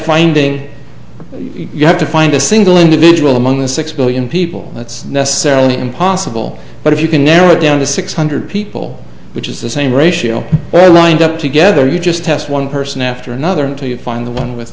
ending you have to find a single individual among the six billion people that's necessarily impossible but if you can narrow it down to six hundred people which is the same ratio all lined up together you just test one person after another until you find the one with